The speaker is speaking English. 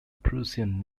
prussian